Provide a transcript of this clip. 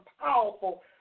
powerful